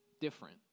different